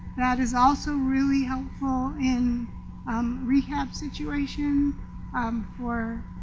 that is also really helpful in um rehab situation um for